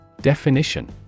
Definition